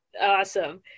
awesome